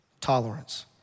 Tolerance